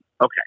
Okay